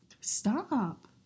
stop